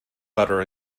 butter